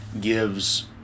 gives